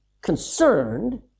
concerned